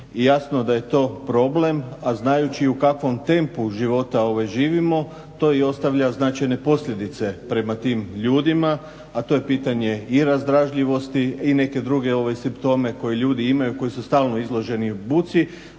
jasno da je to problem. A znajući u kakvom tempu života živimo to i ostavlja značajne posljedice tim ljudima, a to je pitanje i razdražljivosti i neke druge simptome koje ljudi imaju koji su stalno izloženi buci.